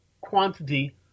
quantity